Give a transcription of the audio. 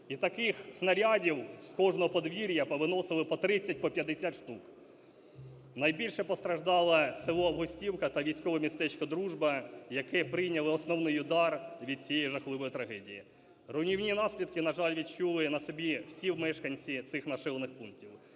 І таких снарядів з кожного подвір'я повиносили по 30, по 50 штук. Найбільше постраждало село Августівка та військове містечко Дружба, яке прийняло основний удар від цієї жахливої трагедії. Руйнівні наслідки, на жаль, відчули на собі всі мешканці цих населених пунктів.